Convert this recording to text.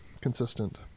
consistent